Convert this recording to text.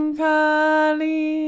kali